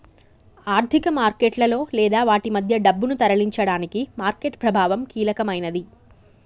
ఆర్థిక మార్కెట్లలో లేదా వాటి మధ్య డబ్బును తరలించడానికి మార్కెట్ ప్రభావం కీలకమైనది